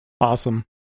Awesome